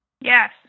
Yes